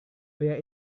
pria